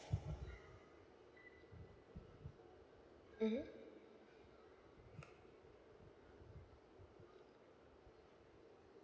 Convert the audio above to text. mmhmm